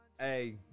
Hey